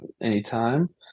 anytime